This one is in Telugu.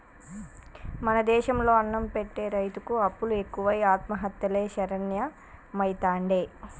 మన దేశం లో అన్నం పెట్టె రైతుకు అప్పులు ఎక్కువై ఆత్మహత్యలే శరణ్యమైతాండే